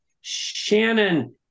Shannon